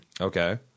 Okay